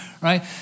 right